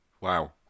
wow